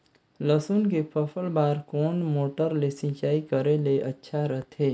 लसुन के फसल बार कोन मोटर ले सिंचाई करे ले अच्छा रथे?